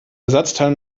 ersatzteil